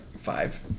five